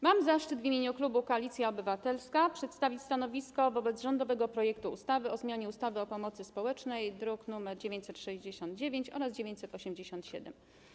Mam zaszczyt w imieniu klubu Koalicja Obywatelska przedstawiać stanowisko wobec rządowego projektu ustawy o zmianie ustawy o pomocy społecznej, druki nr 969 oraz 987.